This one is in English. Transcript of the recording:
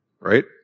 right